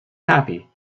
happy